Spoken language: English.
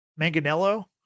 Manganello